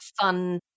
fun